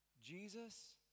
Jesus